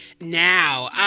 now